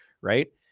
right